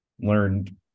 learned